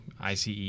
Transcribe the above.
ICE